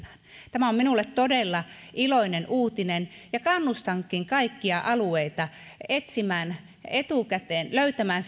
tämä on minulle todella iloinen uutinen ja kannustankin kaikkia alueita etsimään etukäteen löytämään